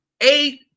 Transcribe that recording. eight